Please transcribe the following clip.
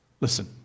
listen